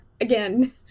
Again